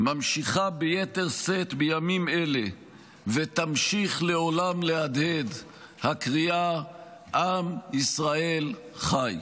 נמשכת ביתר שאת בימים אלה ותמשיך לעולם להדהד הקריאה "עם ישראל חי".